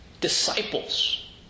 disciples